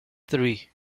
three